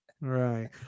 right